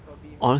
for BMAT